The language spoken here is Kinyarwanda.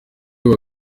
uyu